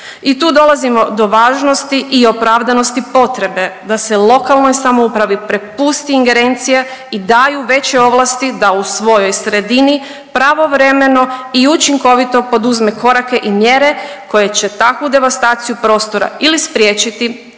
I tu dolazimo do važnosti i opravdanosti potrebe da se lokalnoj samoupravi prepusti ingerencije i daju veće ovlasti da u svojoj sredini pravovremeni učinkovito poduzme korake i mjere koje će takvu devastaciju prostora ili spriječiti